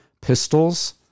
pistols